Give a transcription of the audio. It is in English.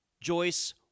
Joyce